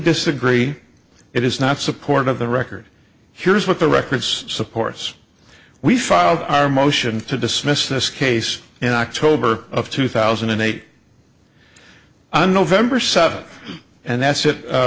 disagree it is not support of the record here's what the records supports we filed our motion to dismiss this case in october of two thousand and eight on november seventh and that's it